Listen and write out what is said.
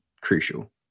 Crucial